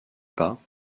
pas